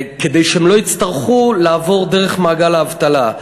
כדי שהם לא יצטרכו לעבור דרך מעגל האבטלה.